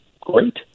great